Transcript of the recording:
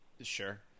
Sure